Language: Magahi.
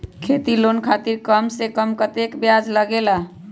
खेती लोन खातीर कम से कम कतेक ब्याज लगेला?